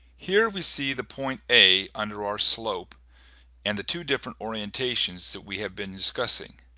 here we see the point a under our slope and the two different orientations that we have been discussing.